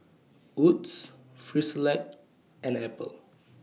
Wood's Frisolac and Apple